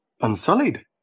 Unsullied